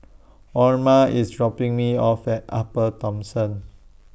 Orma IS dropping Me off At Upper Thomson